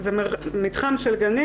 זה מתחם של גנים.